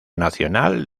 nacional